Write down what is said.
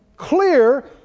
Clear